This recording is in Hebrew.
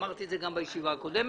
אמרתי את זה גם בישיבה הקודמת.